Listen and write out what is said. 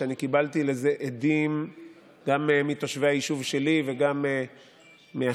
ואני קיבלתי לזה הדים גם מתושבי היישוב שלי וגם מאחרים.